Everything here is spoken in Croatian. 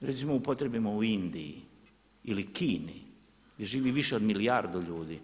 Recimo upotrijebimo u Indiji ili Kini gdje živi više od milijardu ljudi.